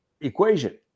Equation